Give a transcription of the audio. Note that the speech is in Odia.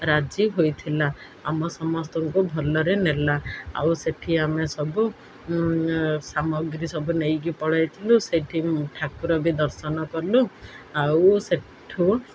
ରାଜି ହୋଇଥିଲା ଆମ ସମସ୍ତଙ୍କୁ ଭଲରେ ନେଲା ଆଉ ସେଠି ଆମେ ସବୁ ସାମଗ୍ରୀ ସବୁ ନେଇକି ପଳେଇଥିଲୁ ସେଠି ଠାକୁର ବି ଦର୍ଶନ କଲୁ ଆଉ ସେଠୁ